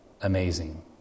amazing